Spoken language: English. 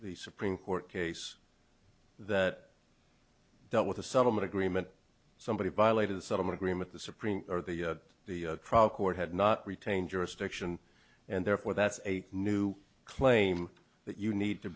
the supreme court case that dealt with the settlement agreement somebody violated some agreement the supreme or the the crowd court had not retain jurisdiction and therefore that's a new claim that you need to